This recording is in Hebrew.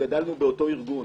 גדלנו באותו ארגון,